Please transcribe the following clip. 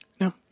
No